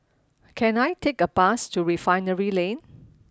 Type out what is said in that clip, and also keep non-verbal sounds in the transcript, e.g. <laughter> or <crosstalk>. can I take a bus to Refinery Lane <noise>